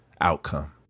outcome